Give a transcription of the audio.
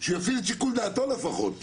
שיפעיל את שיקול דעתו לפחות.